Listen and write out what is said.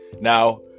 Now